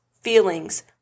feelings